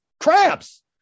crabs